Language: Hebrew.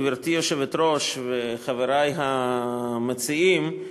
גברתי היושבת-ראש וחברי המציעים,